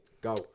Go